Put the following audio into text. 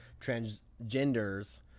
transgenders